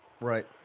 right